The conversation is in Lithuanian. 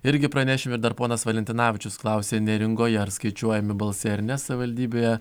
irgi pranešime ir dar ponas valentinavičius klausė neringoje ar skaičiuojami balsai ar ne savivaldybėje